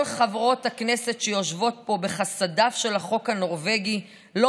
כל חברות הכנסת שיושבות פה בחסדיו של החוק הנורבגי לא